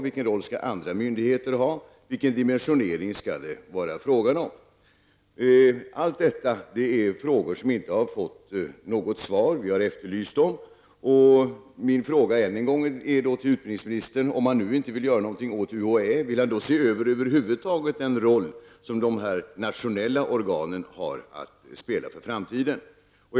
Vilken roll skall andra myndigheter spela, och vilken dimensionering skall det vara fråga om? Allt detta är frågor som inte har fått något svar, trots att vi har efterlyst besked. Min fråga till utbildningsministern är då än en gång: Om utbildningsministern nu inte vill göra någonting åt UHÄ, vill utbildningsministern då se över den roll som de här nationella organen har att spela för framtiden över huvud taget?